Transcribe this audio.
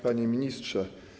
Panie Ministrze!